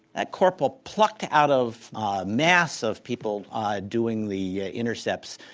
that corporal plucked out of a mass of people doing the ah intercepts,